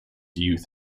youth